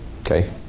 Okay